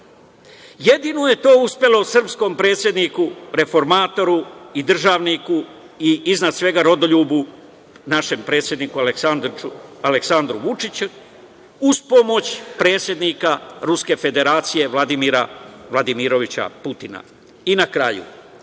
Jedino je to uspelo srpskom predsedniku, reformatoru i državniku i iznad svega rodoljubu, našem predsedniku Aleksandru Vučiću uz pomoć predsednika Ruske Federacije Vladimira Vladimirovića Putina. Na kraju,